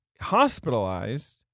hospitalized